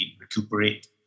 recuperate